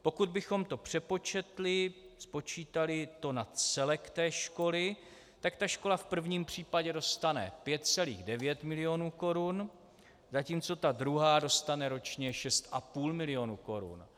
Pokud bychom to přepočetli, spočítali to na celek té školy, tak ta škola v prvním případě dostane 5,9 milionu korun, zatímco ta druhá dostane ročně 6,5 milionu korun.